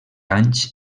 anys